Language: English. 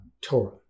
Torah